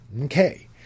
Okay